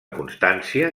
constància